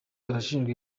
arashinjwa